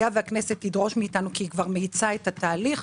היה והכנסת תדרוש מאיתנו, כי היא מאיצה את התהליך,